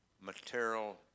material